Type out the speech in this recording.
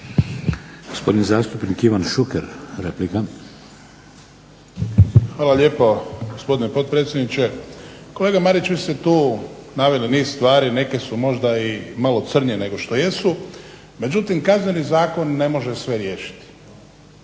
Hvala lijepo, gospodine potpredsjedniče. Kolega Marić, vi ste tu naveli niz stvari, neke su možda i malo crnje nego što jesu, međutim Kazneni zakon ne može sve riješiti.